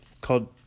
Called